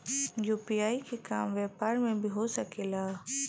UPI के काम व्यापार में भी हो सके ला?